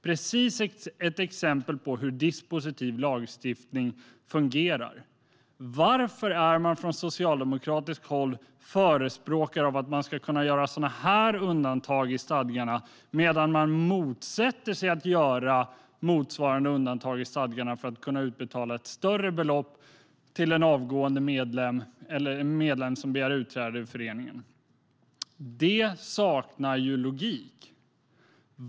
Det är ett exempel på hur dispositiv lagstiftning fungerar. Varför förespråkar Socialdemokraterna att man ska kunna göra sådana undantag i stadgarna medan de motsätter sig att göra motsvarande undantag i stadgarna för att kunna utbetala ett större belopp till en avgående medlem eller en medlem som begär utträde ur föreningen? Det saknar logik.